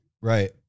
Right